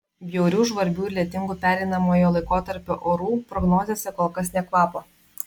bjaurių žvarbių ir lietingų pereinamojo laikotarpio orų prognozėse kol kas nė kvapo